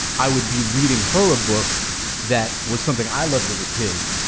i would be reading her a book that was something i loved as a kid.